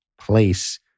place